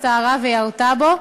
הסתערה וירתה בו,